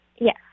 Yes